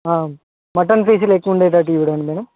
mutton పీసులు ఎక్కువుండేటట్టు చూడండి